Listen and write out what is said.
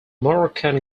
moroccan